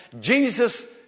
Jesus